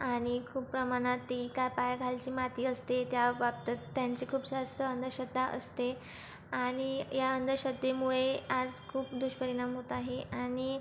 आणि खूप प्रमाणात ती काय पायाखालची माती असते त्या बाबतीत त्यांची खूप जास्त अंधश्रद्धा असते आणि या अंधश्रद्धेमुळे आज खूप दूष्परिणाम होत आहे आणि